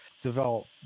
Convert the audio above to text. develop